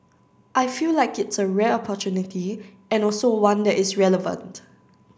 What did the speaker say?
I feel like it's a rare opportunity and also one that is relevant